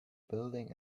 building